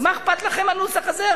מה אכפת לכם הנוסח הזה?